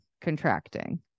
contracting